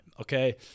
okay